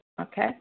Okay